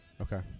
Okay